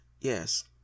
Yes